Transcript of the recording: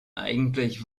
eigentlich